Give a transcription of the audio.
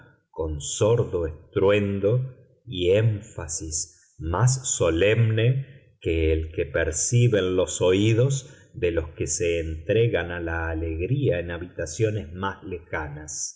con sordo estruendo y énfasis más solemne que el que perciben los oídos de los que se entregan a la alegría en habitaciones más lejanas